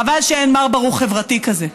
חבל שאין מר ברוך חברתי כזה.